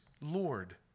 Lord